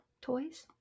toys